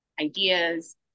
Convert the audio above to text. ideas